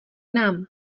nám